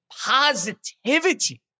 positivity